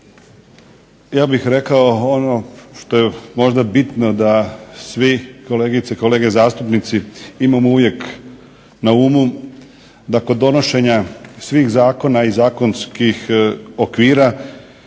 Ja bih rekao ono što je možda bitno da svi kolegice i kolege zastupnici imamo uvijek na umu da kod donošenja svih zakona i zakonskih okvira